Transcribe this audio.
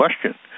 question